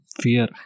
fear